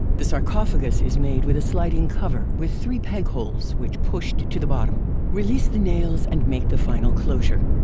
the sarcophagus is made with a sliding cover with three peg holes which pushed to the bottom release the nails and make the final closure.